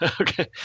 Okay